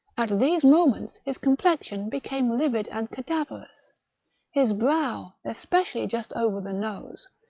at these moments his complexion became livid and cada verous his brow, especially just over the nose,